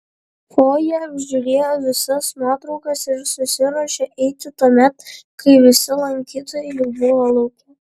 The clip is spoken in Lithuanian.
fojė apžiūrėjo visas nuotraukas ir susiruošė eiti tuomet kai visi lankytojai jau buvo lauke